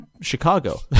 chicago